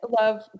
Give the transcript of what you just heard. love